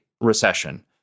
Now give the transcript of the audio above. recession